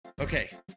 Okay